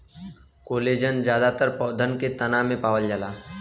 collagen जादातर पौधा के तना में पावल जाला